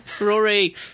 Rory